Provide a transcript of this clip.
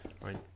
right